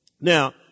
Now